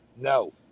No